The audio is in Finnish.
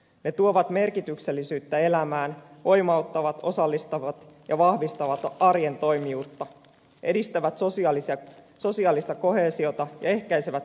ne tuovat merkityksellisyyttä elämään voimauttavat osallistavat ja vahvistavat arjen toimijuutta edistävät sosiaalista koheesiota ja ehkäisevät syrjäytymistä